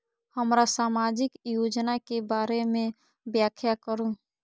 हमरा सामाजिक योजना के बारे में व्याख्या करु?